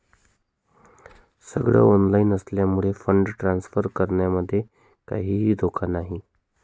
सगळ ऑनलाइन असल्यामुळे fund transfer करण्यामध्ये काहीही धोका नाही